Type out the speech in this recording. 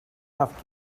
off